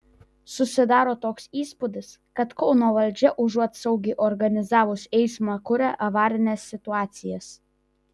susidaro toks įspūdis kad kauno valdžia užuot saugiai organizavus eismą kuria avarines situacijas